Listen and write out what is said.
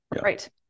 Right